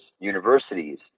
universities